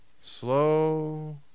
slow